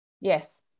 Yes